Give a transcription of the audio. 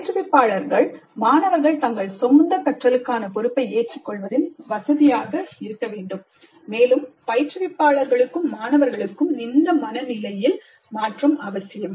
பயிற்றுவிப்பாளர்கள் மாணவர்கள் தங்கள் சொந்த கற்றலுக்கான பொறுப்பை ஏற்றுக்கொள்வதில் வசதியாக இருக்க வேண்டும் மேலும் பயிற்றுவிப்பாளர்களுக்கும் மாணவர்களுக்கும் இந்த மனநிலையின் மாற்றம் அவசியம்